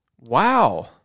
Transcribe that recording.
Wow